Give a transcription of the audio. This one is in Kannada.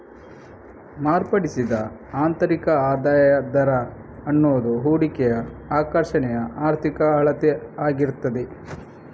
ಮಾರ್ಪಡಿಸಿದ ಆಂತರಿಕ ಆದಾಯದ ದರ ಅನ್ನುದು ಹೂಡಿಕೆಯ ಆಕರ್ಷಣೆಯ ಆರ್ಥಿಕ ಅಳತೆ ಆಗಿರ್ತದೆ